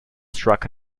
struck